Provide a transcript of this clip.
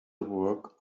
work